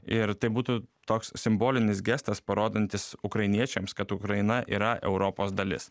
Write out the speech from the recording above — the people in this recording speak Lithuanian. ir tai būtų toks simbolinis gestas parodantis ukrainiečiams kad ukraina yra europos dalis